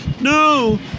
No